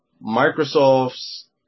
Microsoft's